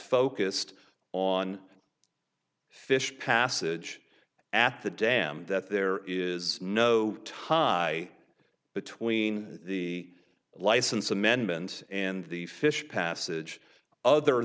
focused on fish passage at the dam that there is no tie between the license amendment and the fish passage other